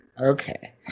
Okay